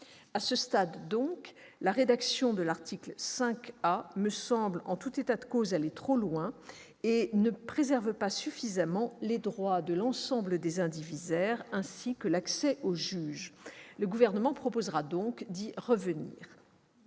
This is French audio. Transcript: À ce stade, donc, la rédaction de l'article 5 A me semble aller trop loin. Elle ne préserve pas suffisamment les droits de l'ensemble des indivisaires, ainsi que l'accès au juge. Le Gouvernement proposera donc de revenir